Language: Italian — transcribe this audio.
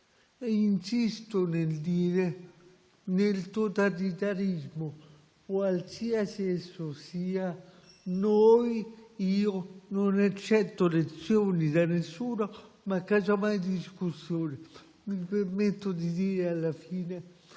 insisto nel dire che nel totalitarismo, qualsiasi esso sia, io, noi, non accetto lezioni da nessuno, ma casomai discussioni. Mi permetto di dire infine